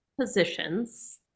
positions